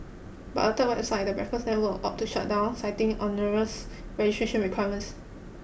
but a third website the Breakfast Network opted to shut down citing onerous registration requirements